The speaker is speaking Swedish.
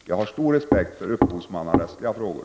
Jag har stor respekt för upphovsmannarättsliga frågor.